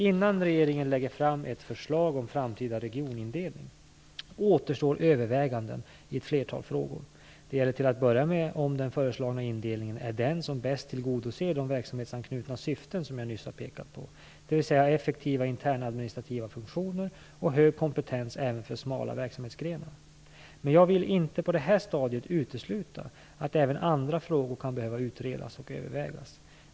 Innan regeringen lägger fram ett förslag om framtida regionindelning återstår överväganden i ett flertal frågor. Det gäller till att börja med om den föreslagna indelningen är den som bäst tillgodoser de verksamhetsanknutna syften som jag nyss har pekat på, dvs. effektiva internadministrativa funktioner och hög kompetens även för smala verksamhetsgrenar. Men jag vill inte på detta stadium utesluta att även andra frågor kan behöva utredas och övervägas.